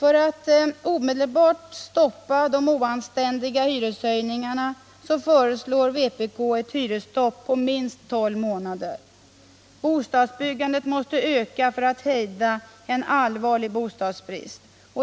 Men för att omedelbart stoppa de oanständiga hyreshöjningarna föreslår vpk ett hyresstopp på minst tolv månader. Bostadsbyggandet måste öka om en allvarlig bostadsbrist skall kunna hejdas.